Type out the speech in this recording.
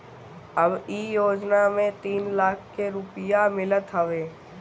अब इ योजना में तीन लाख के रुपिया मिलत हवे